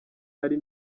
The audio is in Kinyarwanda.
ari